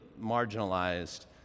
marginalized